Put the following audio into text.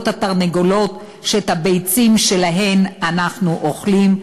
התרנגולות שאת הביצים שלהן אנחנו אוכלים,